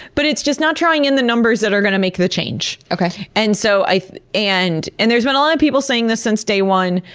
but it's just not drawing in the numbers that are going to make the change. and so and and there's been a lot of people saying this since day one,